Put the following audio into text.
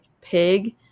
pig